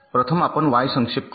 प्रथम आपण वाय संक्षेप करू